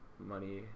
money